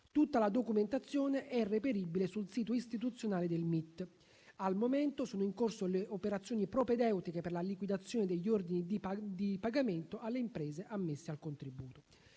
Tutta la documentazione è reperibile sul sito istituzionale del MIT. Al momento sono in corso le operazioni propedeutiche per la liquidazione degli ordini di pagamento alle imprese ammesse al contributo.